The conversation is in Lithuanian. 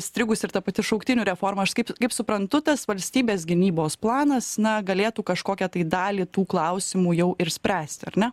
strigusi ir ta pati šauktinių reforma aš kaip kaip suprantu tas valstybės gynybos planas na galėtų kažkokią tai dalį tų klausimų jau ir spręsti ar ne